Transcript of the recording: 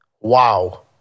Wow